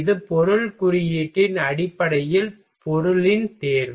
இது பொருள் குறியீட்டின் அடிப்படையில் பொருளின் தேர்வு